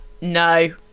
No